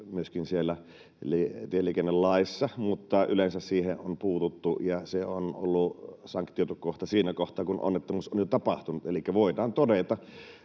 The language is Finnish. siellä tieliikennelaissa, mutta yleensä siihen on puututtu ja se on ollut sanktioitu kohta siinä kohtaa, kun onnettomuus on jo tapahtunut, elikkä voidaan todeta,